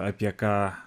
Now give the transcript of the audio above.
apie ką